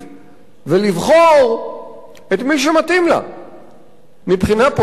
ולבחור את מי שמתאים לה מבחינה פוליטית,